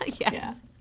Yes